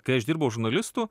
kai aš dirbau žurnalistu